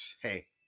Hey